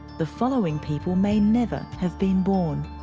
the following people may never have been born